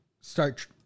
Start